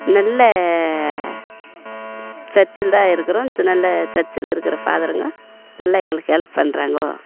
நல்ல சர்ச்சில் தான் இருக்கிறோம் நல்ல சர்ச்சில் இருக்கிற ஃபாதருங்க நல்ல எங்களுக்கு ஹெல்ப் பண்ணுறாங்கோ